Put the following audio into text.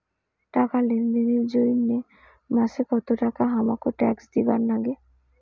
টাকা লেনদেন এর জইন্যে মাসে কত টাকা হামাক ট্যাক্স দিবার নাগে?